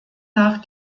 nach